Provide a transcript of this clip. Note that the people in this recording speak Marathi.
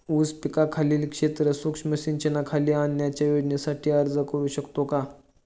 ऊस पिकाखालील क्षेत्र सूक्ष्म सिंचनाखाली आणण्याच्या योजनेसाठी अर्ज करू शकतो का?